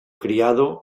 criado